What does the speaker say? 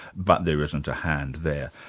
but there isn't a hand there.